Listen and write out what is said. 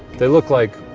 they look like.